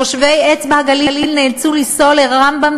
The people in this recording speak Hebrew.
תושבי אצבע-הגליל נאלצו לנסוע לרמב"ם,